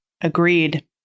agreed